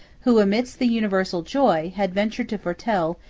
who, amidst the universal joy, had ventured to foretell,